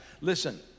Listen